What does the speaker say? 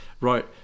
right